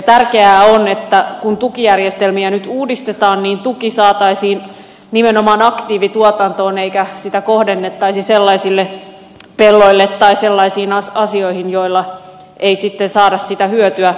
tärkeää on että kun tukijärjestelmiä nyt uudistetaan niin tuki saataisiin nimenomaan aktiivituotantoon eikä sitä kohdennettaisi sellaisille pelloille tai sellaisiin asioihin joilla ei sitten saada sitä hyötyä